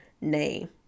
name